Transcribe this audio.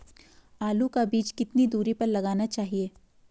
आलू का बीज कितनी दूरी पर लगाना चाहिए?